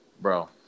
bro